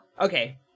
okay